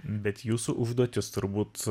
bet jūsų užduotis turbūt